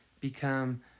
become